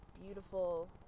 beautiful